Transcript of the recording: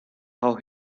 how